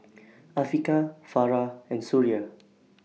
Afiqah Farah and Suria